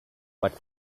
but